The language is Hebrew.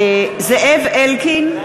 (קוראת בשמות חברי הכנסת) זאב אלקין,